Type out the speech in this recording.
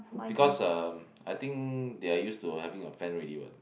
because uh I think they are used to having a fan already [what]